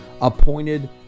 appointed